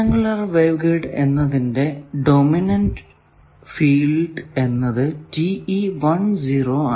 ചതുര wave guide എന്നതിന്റെ dominant field എന്നത് TE 10 ആണ്